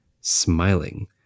Smiling